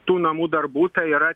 tų namų darbų tai yra